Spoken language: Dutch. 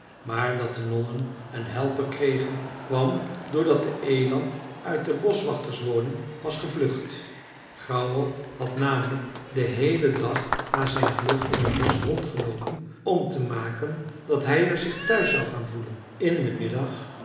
maar dat de nonnen een helper kregen kwam door dat de eland uit de boschwachterswoning was gevlucht grauwvel had namelijk den heelen dag na zijn vlucht in t bosch rondgeloopen om te maken dat hij er zich thuis zou gaan voelen in den middag